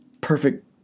perfect